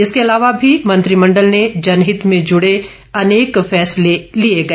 इसके अलावा भी मंत्रिमंडल ने जनहित से जुड़े अनेक निर्णय लिए गए